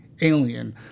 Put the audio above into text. Alien